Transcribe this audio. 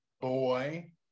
boy